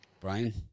Brian